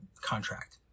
contract